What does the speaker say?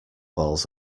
balls